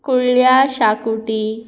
कुळ्ळ्या शाकुटी